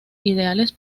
ideales